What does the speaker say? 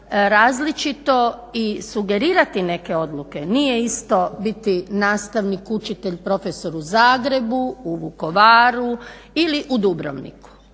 različito i sugerirati neke odluke. Nije isto biti nastavnik, učitelj, profesor u Zagrebu, u Vukovaru ili u Dubrovniku.